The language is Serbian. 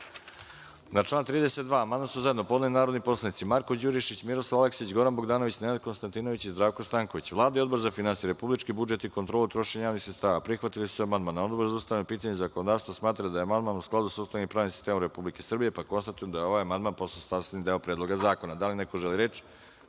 član 32. amandman su zajedno podneli narodni poslanici Marko Đurišić, Miroslav Aleksić, Goran Bogdanović, Nenad Konstantinović i Zdravko Stanković. Vlada i Odbor za finansije, republički budžet i kontrolu trošenja javnih sredstava prihvatili su amandman. Odbor za ustavna pitanja i zakonodavstvo smatra da je amandman u skladu sa Ustavom i pravnim sistemom Republike Srbije. Konstatujem da je ovaj amandman postao sastavni deo Predloga zakona. Da li neko želi reč?